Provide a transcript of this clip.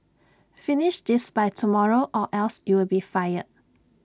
finish this by tomorrow or else you'll be fired